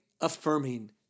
affirming